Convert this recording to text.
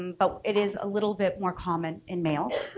but it is a little bit more common in males.